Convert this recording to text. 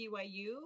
BYU